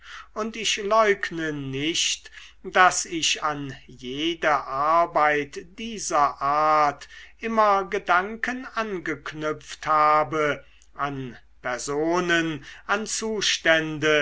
und ich leugne nicht daß ich an jede arbeit dieser art immer gedanken angeknüpft habe an personen an zustände